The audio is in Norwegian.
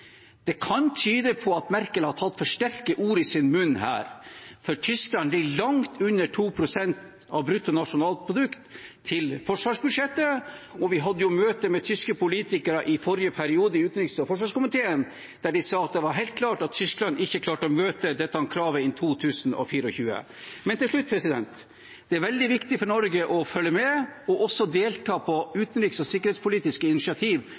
Det kan tyde på at Merkel har tatt for sterke ord i sin munn her, for Tyskland ligger langt under å bevilge 2 pst. av bruttonasjonalproduktet til forsvarsbudsjettet. Vi hadde møte med tyske politiskere i forrige periode i utenriks- og forsvarskomiteen der de sa at det var helt klart at Tyskland ikke ville klare å møte dette kravet i 2024. Til slutt: Det er veldig viktig for Norge å følge med og også delta på utenriks- og sikkerhetspolitiske initiativ